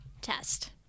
test